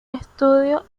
estudio